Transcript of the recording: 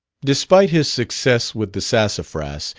despite his success with the sassafras,